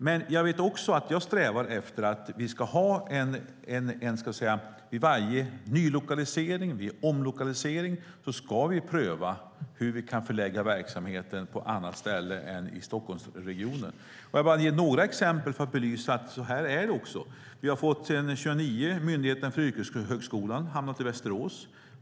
Men jag vet att jag strävar efter att vi vid varje ny lokalisering och vid omlokalisering ska pröva hur vi kan förlägga verksamheten på annat ställe än i Stockholmsregionen. Får jag bara ge några exempel för att belysa att det också är så. Vi har sedan 2009 fått Myndigheten för yrkeshögskolan. Den har hamnat i Västerås.